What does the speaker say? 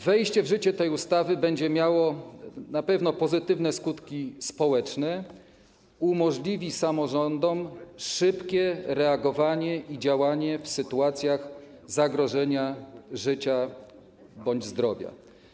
Wejście w życie tej ustawy będzie miało na pewno pozytywne skutki społeczne, umożliwi samorządom szybkie reagowanie i działanie w sytuacjach zagrożenia życia bądź zdrowia.